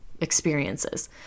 experiences